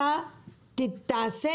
אתה תעשה